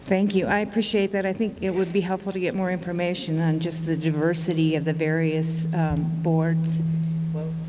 thank you. i appreciate that. i think it would be helpful to get more information on just the diversity of the various boards whoa,